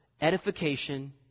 edification